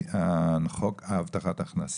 חוק הבטחת הכנסה?